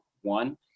one